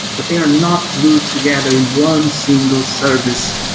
but they are not glued together in one single service.